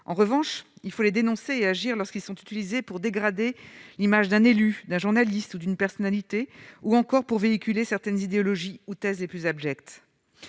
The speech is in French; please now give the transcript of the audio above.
en revanche, il faut les dénoncer et agir lorsqu'ils sont utilisés pour dégrader l'image d'un élu, d'un journaliste ou bien d'une personnalité, ou encore pour véhiculer certaines idéologies ou les thèses les plus abjectes.